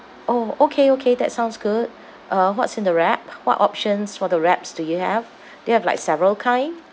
orh okay okay that sounds good uh what's in the wrap what options for the wraps do you have do you have like several kind